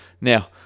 Now